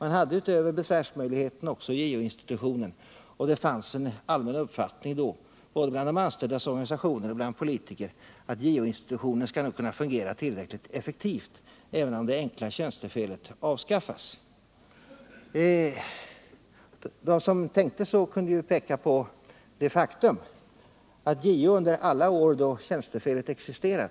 Man hade utöver besvärsmöjligheten också JO-institutionen, och det fanns då en allmän uppfattning både bland anställdas organisationer och bland politiker att JO-institutionen nog skulle kunna fungera tillräckligt effektivt, även om det enkla tjänstefelet avskaffades. De som tänkte så kunde peka på det faktum att JO under alla de år tjänstefelet existerade